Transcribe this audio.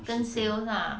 跟 sales lah